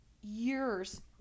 years